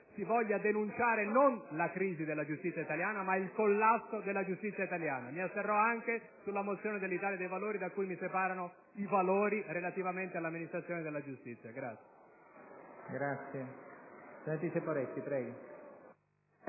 si voglia denunciare non la crisi della giustizia italiana, ma il collasso della giustizia italiana. Mi asterrò anche sulla mozione dell'Italia dei Valori da cui mi separano i valori relativamente all'amministrazione della giustizia.